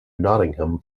nottingham